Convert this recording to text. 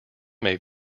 may